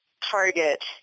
target